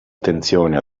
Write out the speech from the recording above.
attenzione